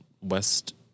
West